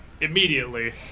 immediately